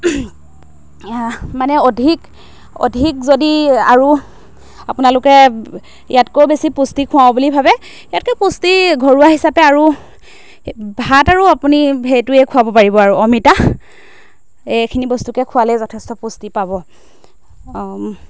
মানে অধিক অধিক যদি আৰু আপোনালোকে ইয়াতকৈও বেছি পুষ্টি খুৱাওঁ বুলি ভাবে ইয়াতকৈ পুষ্টি ঘৰুৱা হিচাপে আৰু ভাত আৰু আপুনি সেইটোৱে খুৱাব পাৰিব আৰু অমিতা এইখিনি বস্তুকে খোৱালে যথেষ্ট পুষ্টি পাব